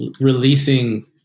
releasing